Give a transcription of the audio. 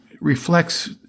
reflects